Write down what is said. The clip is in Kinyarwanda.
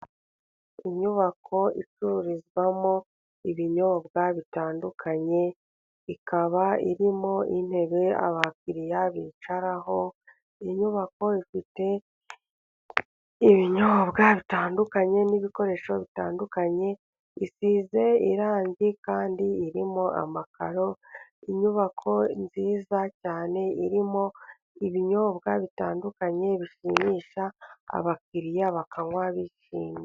Inyubako icururizwamo ibinyobwa bitandukanye ikaba irimo intebe, abakiriya bicaraho, inyubako ifite ibinyobwa bitandukanye n'ibikoresho bitandukanye, isize irangi kandi irimo amakaro. Inyubako nziza cyane, irimo ibinyobwa bitandukanye bishimisha abakiriya bakanywa bishimye.